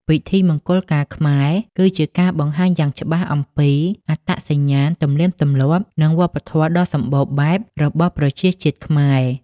ពិធីមង្គលការខ្មែរ គឺជាការបង្ហាញយ៉ាងច្បាស់អំពី អត្តសញ្ញាណ ទំនៀមទម្លាប់ និងវប្បធម៌ដ៏សម្បូរបែប របស់ប្រជាជាតិខ្មែរ ។